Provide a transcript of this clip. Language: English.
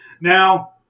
Now